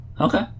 okay